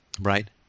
right